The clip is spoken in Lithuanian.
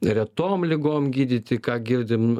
retom ligom gydyti ką girdim